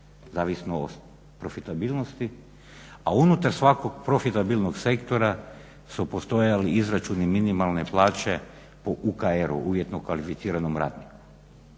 zavisno od profitabilnosti, a unutar svakog profitabilnog sektora su postojali izračuni minimalne plaće po UKR, uvjetno kvalificiranom radniku